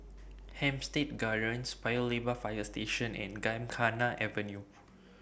Hampstead Gardens Paya Lebar Fire Station and Gymkhana Avenue